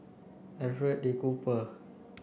Alfred Cooper